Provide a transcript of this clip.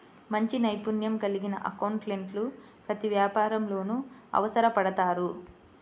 మంచి నైపుణ్యం కలిగిన అకౌంటెంట్లు ప్రతి వ్యాపారంలోనూ అవసరపడతారు